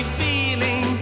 feeling